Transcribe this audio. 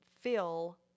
fill